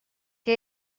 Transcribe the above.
què